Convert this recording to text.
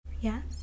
Yes